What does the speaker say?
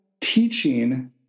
teaching